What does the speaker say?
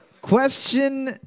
Question